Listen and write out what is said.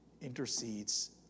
intercedes